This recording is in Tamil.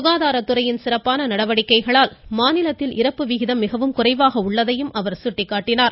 சுகாதாரத் துறையின் சிறப்பான நடவடிக்கைகளால் மாநிலத்தில் இறப்பு விகிதம் மிகவும் குறைவாக உள்ளதை சுட்டிக்காட்டினார்